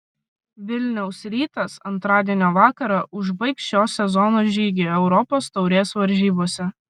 vilniaus rytas antradienio vakarą užbaigs šio sezono žygį europos taurės varžybose